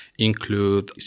include